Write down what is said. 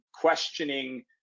questioning